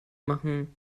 machen